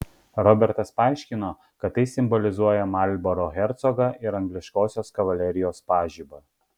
robertas paaiškino kad tai simbolizuoja marlboro hercogą ir angliškosios kavalerijos pažibą